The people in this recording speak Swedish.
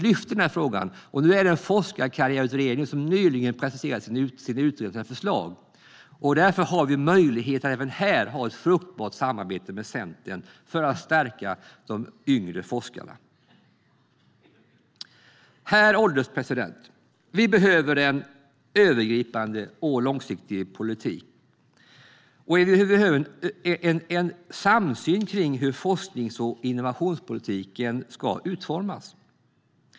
Nyligen har Forskarkarriärutredningen presenterat sina förslag, och därför har vi möjlighet att även här ha ett fruktbart samarbete med Centern för att stärka de yngre forskarnas ställning. Herr ålderspresident! Vi behöver en övergripande och långsiktig politik och en samsyn på hur forsknings och innovationspolitiken ska utformas.